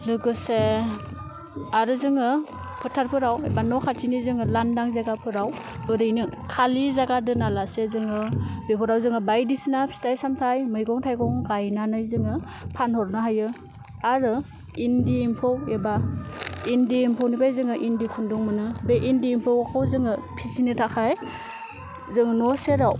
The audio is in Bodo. लोगोसे आरो जोङो फोथारफोराव एबा न' खाथिनि जोङो लान्दां जायगाफोराव ओरैनो खालि जायगा दोनालासे जोङो बेफोराव जोङो बायदि सिना फिथाइ सामथाय मैगं थाइगं गायनानै जोङो फानहरनो हायो आरो इन्दि एम्फौ एबा इन्दि एम्फौनिफ्राय जोङो इन्दि खुन्दुं मोनो बे इन्दि एम्फौखौ जोङो फिसिनो थाखाय जों न' सेराव